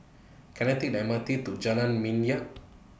Can I Take The M R T to Jalan Minyak